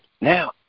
Now